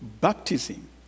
baptism